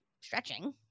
stretching